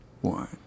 one